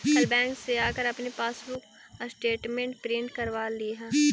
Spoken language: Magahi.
कल बैंक से जाकर अपनी पासबुक स्टेटमेंट प्रिन्ट करवा लियह